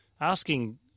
asking